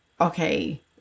okay